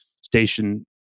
station